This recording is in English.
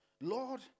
Lord